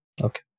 Okay